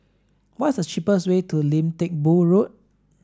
what is the cheapest way to Lim Teck Boo Road